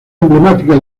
emblemática